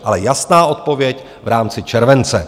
Ale jasná odpověď v rámci července.